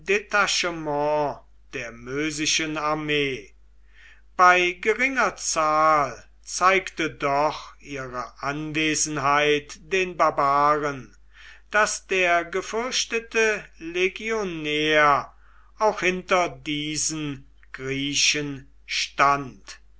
mösischen armee bei geringer zahl zeigte doch ihre anwesenheit den barbaren daß der gefürchtete legionär auch hinter diesen griechen stand